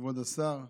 כבוד השר,